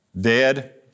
dead